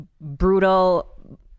brutal